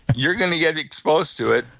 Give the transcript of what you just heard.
you're going to get exposed to it.